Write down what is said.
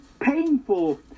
painful